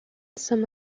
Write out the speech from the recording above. some